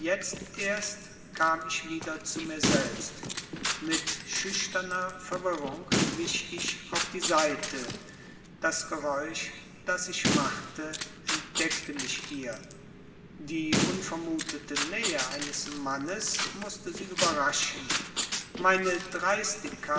jetzt erst kam ich wieder zu mir selbst mit schüchterner verwirrung wich ich auf die seite das geräusch das ich machte entdeckte mich ihr die unvermutete nähe eines mannes mußte sie überraschen meine